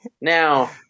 now